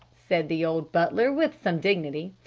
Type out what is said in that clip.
said the old butler with some dignity,